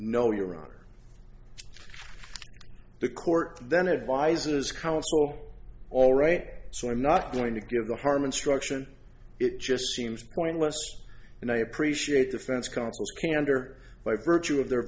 honor the court then advisor's counsel all right so i'm not going to give the harmon struction it just seems pointless and i appreciate the fence counsel candor by virtue of their